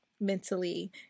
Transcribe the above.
mentally